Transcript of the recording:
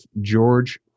George